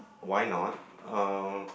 why not uh